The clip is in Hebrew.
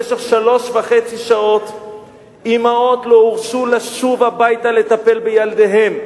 במשך שלוש וחצי שעות אמהות לא הורשו לשוב הביתה לטפל בילדיהן,